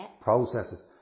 processes